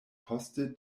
poste